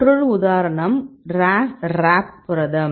மற்றொரு உதாரணம் ராஸ் ராப் புரதம்